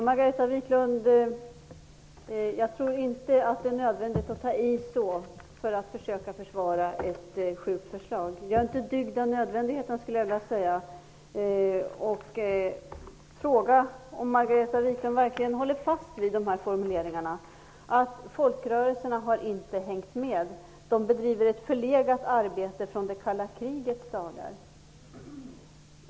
Herr talman! Jag tror inte att det är nödvändigt att Margareta Viklund tar i så kraftigt för att försvara ett sjukt förslag. Gör inte dygd av nödvändigheten, skulle jag vilja säga. Jag vill fråga om Margareta Viklund verkligen håller fast vid formuleringarna om att folkrörelserna inte har hängt med och att de bedriver ett arbete som präglas av ett förlegat tänkande från det kalla krigets dagar.